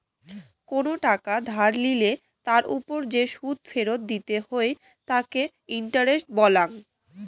কোনো টাকা ধার লিলে তার ওপর যে সুদ ফেরত দিতে হই তাকে ইন্টারেস্ট বলাঙ্গ